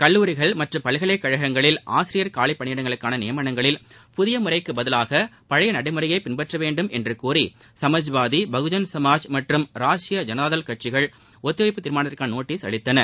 கல்லூரிகள் மற்றும் பல்கலைக்கழங்களில் ஆசிரியர் காலிப் பணியிடங்களுக்கான நியமனங்களில் புதிய முறைக்கு பதிவாக பழைய நடைமுறையயே பின்பற்ற வேண்டும் என்று கோரி சமாஜ்வாதி பகுஜன் சமாஜ் மற்றும் ராஷ்டிரிய ஜனதாதள் கட்சிகள் ஒத்திவைப்பு தீர்மானத்திற்கான நோட்டீஸ் அளித்தன